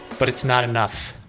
but, it's not enough.